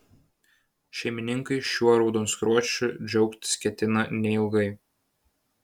šeimininkai šiuo raudonskruosčiu džiaugtis ketina neilgai